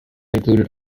included